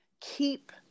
keep